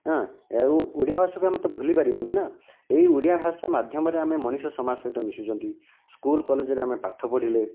ହେଁ ଆଉ ଓଡ଼ିଆ ଭାଷାକୁ ଆମେ ତ ଭୁଲି ପରିବାନାହିଁ ନା ଏହି ଓଡ଼ିଆ ଭାଷା ମାଧ୍ୟମରେ ଆମେ ମଣିଷ ସମାଜ ସହିତ ମିଶୁଛନ୍ତି ସ୍କୁଲ୍ କଲେଜରେ ଆମେ ପାଠ ପଢ଼ିଲେ